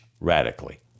radically